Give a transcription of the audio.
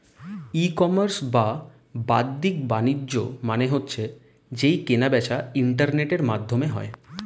ই commerce বা বাদ্দিক বাণিজ্য মানে হচ্ছে যেই কেনা বেচা ইন্টারনেটের মাধ্যমে হয়